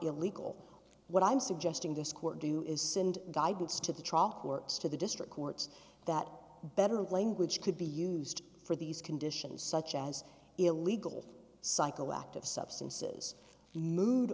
illegal what i'm suggesting this court do is send guidance to the trial courts to the district courts that better language could be used for these conditions such as illegal psychoactive substances